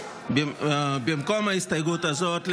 במקום ההסתייגות הזאת,